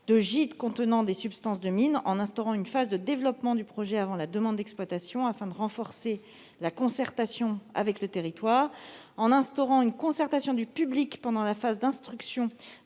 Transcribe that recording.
de gîtes contenant des substances de mines, en instaurant une phase de développement du projet avant la demande d'exploitation, afin de renforcer la concertation avec le territoire. Il tend aussi à instaurer une concertation du public pendant la phase d'instruction